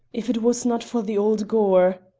if it was not for the old glaur!